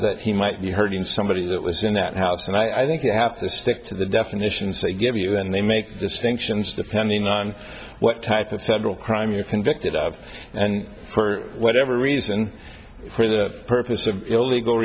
that he might be hurting somebody that was in that house and i think you have to stick to the definitions they give you and they make distinctions depending on what type of federal crime you're convicted of and for whatever reason for the purpose of illegal